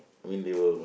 when they will